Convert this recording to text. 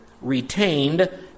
retained